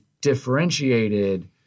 differentiated –